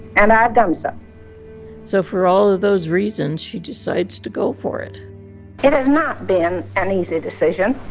and i have done so so for all of those reasons, she decides to go for it it has not been an easy decision.